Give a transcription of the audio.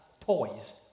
toys